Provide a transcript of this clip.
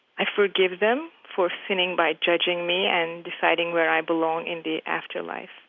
i forgive them for sinning by judging me and deciding where i belong in the afterlife.